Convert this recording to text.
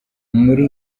muri